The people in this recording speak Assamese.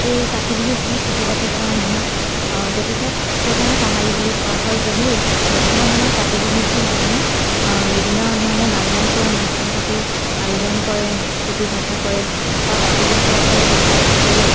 এই কাতি বিহুত সেই খেতি বাতি কৰা নহয় গতিকে সেইকাৰণে কঙালী বুলি কোৱা হয় যদিও বৰ্তমান সময়ত কাতি বিহুকো মানুহে বিভিন্ন ধৰণে ডাঙৰকৈ অনুষ্ঠান পাতি আয়োজন কৰে ফূৰ্তি ফাৰ্তা কৰে বা কাতি বিহুতো আজিকালি পিঠা চিঠা পুৰি